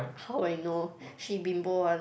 how I know she bimbo one